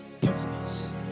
possess